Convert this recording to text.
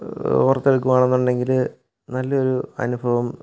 ഓർത്തെടുക്കുവാണെന്നുണ്ടെങ്കിൽ നല്ലൊരു അനുഭവം